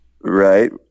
right